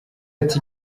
ati